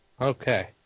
Okay